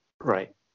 Right